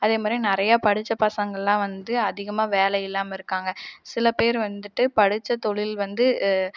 அதேமாதிரி நிறையா படிச்ச பசங்கள்லாம் வந்து அதிகமாக வேலையில்லாமல் இருக்காங்கள் சில பேர் வந்துட்டு படிச்ச தொழில் வந்து